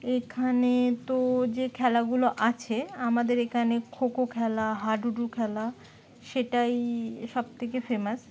এখানে তো যে খেলাগুলো আছে আমাদের এখানে খোখো খেলা হাডুডু খেলা সেটাই সবথেকে ফেমাস